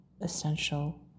essential